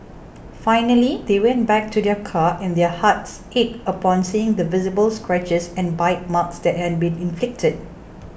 finally they went back to their car and their hearts ached upon seeing the visible scratches and bite marks that had been inflicted